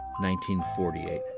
1948